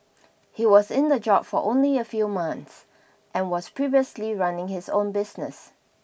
he was in the job for only a few months and was previously running his own business